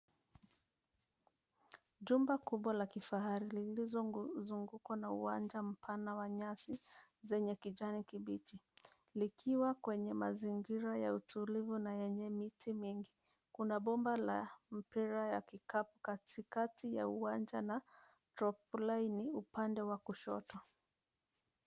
Jumba kubwa la kifahari lililozungukwa na uwanja mpana wa nyasi zenye kijani kibichi likiwa kwenye mazingira ya utulivu na yenye miti mingi. Kuna bomba la mpira ya kikapu katikati ya uwanja na dropline upande wa kushoto.